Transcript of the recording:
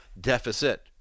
deficit